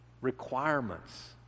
requirements